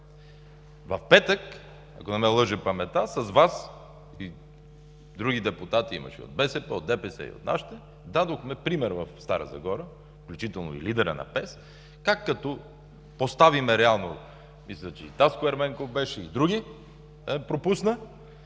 В петък, ако не ме лъже паметта, с Вас – имаше и други депутати от БСП, от ДПС и от нашите, дадохме пример в Стара Загора, включително и лидерът на ПЕС, как като поставим реално – мисля, че и Таско Ерменков беше, и други, да не пропусна,